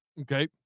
okay